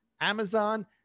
Amazon